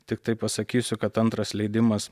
tiktai pasakysiu kad antras leidimas